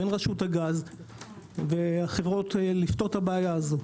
בין רשות הגז והחברות לפתור את הבעיה הזו.